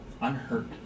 unhurt